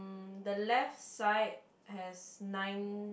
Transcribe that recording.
mm the left side has nine